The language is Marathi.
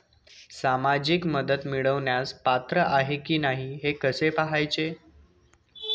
सामाजिक मदत मिळवण्यास पात्र आहे की नाही हे कसे पाहायचे?